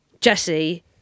Jesse